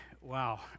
Wow